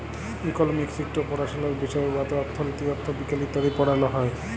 economics ইকট পাড়াশলার বিষয় উয়াতে অথ্থলিতি, অথ্থবিজ্ঞাল ইত্যাদি পড়াল হ্যয়